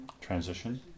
Transition